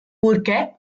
purché